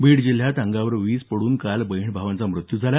बीड जिल्ह्यात काल अंगावर वीज पडून बहीण भावाचा मृत्यू झाला